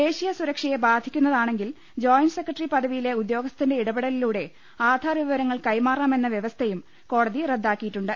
ദേശീയ സുരക്ഷയെ ബാധിക്കുന്നതാണെങ്കിൽ ജോയിന്റ് സെക്രട്ടറി പദവിയിലെ ഉദ്യോഗസ്ഥന്റെ ഇടപെടലിലൂടെ ആധാർ വിവരങ്ങൾ കൈമാറാമെന്ന വൃവസ്ഥയും കോടതി റദ്ദാക്കിയിട്ടുണ്ട്